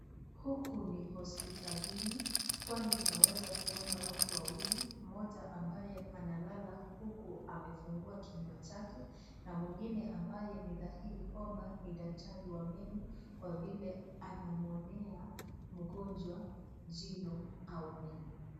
Huku ni hospitalini, kwani tunaweza kuona watu wawili, mmoja ambaye analala huku amefungua kinywa chake na mwingine ambaye ni dhahiri kwamba ni daktari wa meno kwa vile anamwonea mgonjwa jino au meno.